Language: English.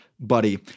buddy